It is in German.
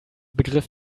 begriff